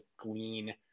glean